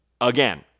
again